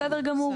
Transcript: בסדר גמור.